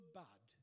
bad